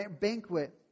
banquet